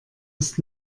ist